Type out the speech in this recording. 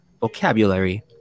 vocabulary